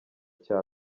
cya